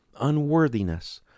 unworthiness